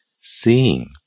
seeing